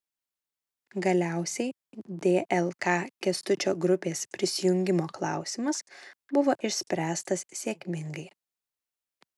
galiausiai dlk kęstučio grupės prisijungimo klausimas buvo išspręstas sėkmingai